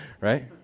Right